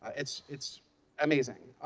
ah it's it's amazing.